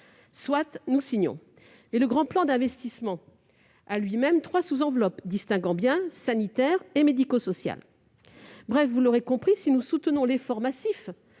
Soit, nous signons. Le Grand plan d'investissement contient lui-même, toutefois, trois sous-enveloppes qui distinguent bien entre sanitaire et médico-social. Bref, vous l'aurez compris, si nous soutenons l'effort massif